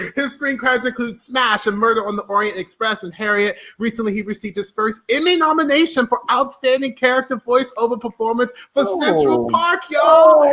his screen cred includes smash and murder on the orient express and harriet. recently he received his first emmy nomination for outstanding character voice over performance but for ah park y'all,